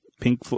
Pink